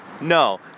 no